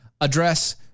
Address